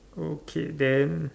okay then